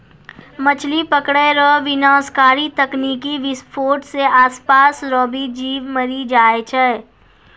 मछली पकड़ै रो विनाशकारी तकनीकी विसफोट से आसपास रो भी जीब मरी जाय छै